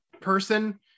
person